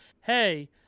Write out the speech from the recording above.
hey